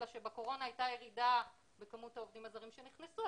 אלא שבקורונה הייתה ירידה בכמות העובדים הזרים שנקלטו,